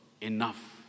enough